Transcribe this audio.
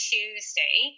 Tuesday